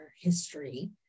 history